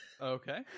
Okay